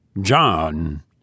John